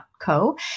co